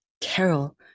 Carol